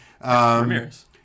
Ramirez